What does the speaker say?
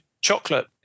chocolate